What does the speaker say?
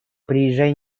приезжай